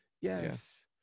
yes